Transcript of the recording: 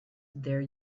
there